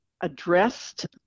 addressed